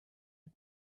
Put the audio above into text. and